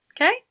Okay